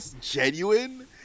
genuine